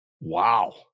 Wow